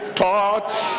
thoughts